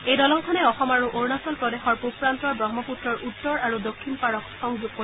এই দলংখনে অসম আৰু অৰুণাচল প্ৰদেশৰ প্ৰব প্ৰান্তৰ ব্ৰহ্মপত্ৰৰ উত্তৰ আৰু দক্ষিণ পাৰক সংযোগ কৰিব